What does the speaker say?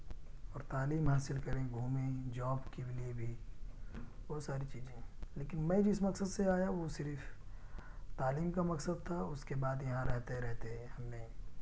اور تعلیم حاصل کریں گھومیں جاب کے لیے بھی بہت ساری چیزیں ہیں لیکن میں جس مقصد سے آیا وہ صرف تعلیم کا مقصد تھا اس کے بعد یہاں رہتے رہتے ہم نے